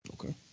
Okay